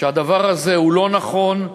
שהדבר הזה הוא לא נכון,